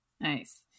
Nice